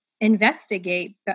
investigate